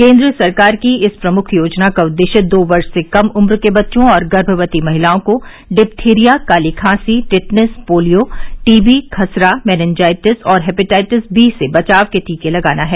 केन्द्र सरकार की इस प्रमुख योजना का उदेश्य दो वर्ष से कम उम्र के बच्चों और गर्मवती महिलाओं को डिथिरिया काली खांसी टिटनेस पोलियो टीबी खसरा मेनिनजाइटिस और हेपेटाइटिस बी से बचाव के टीके लगाना है